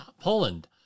Poland